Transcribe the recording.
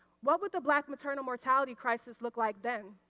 what would the black maternal mortality crisis look like then?